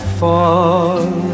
fall